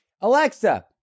Alexa